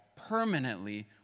permanently